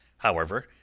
however,